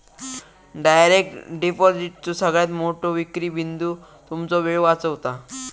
direct डिपॉजिटचो सगळ्यात मोठो विक्री बिंदू तुमचो वेळ वाचवता